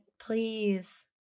please